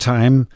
Time